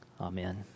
Amen